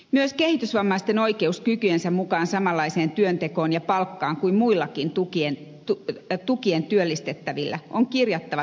myös kehitysvammaisten oikeus kykyjensä mukaan samanlaiseen työntekoon ja palkkaan kuin muillakin tukityöllistettävillä on kirjattava tulevaisuudessa lakiin